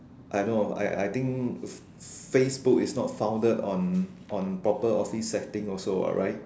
I know I I think Facebook is not founded on on proper office setting also what right